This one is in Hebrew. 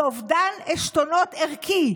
זה אובדן עשתונות ערכי.